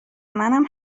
منم